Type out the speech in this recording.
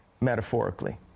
metaphorically